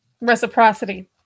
Reciprocity